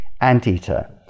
anteater